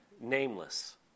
nameless